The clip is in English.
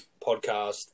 podcast